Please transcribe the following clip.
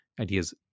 ideas